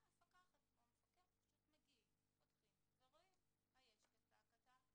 המפקחת או אותו המפקח מגיעים ופותחים ורואים הכצעקתה.